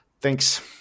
Thanks